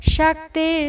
Shakti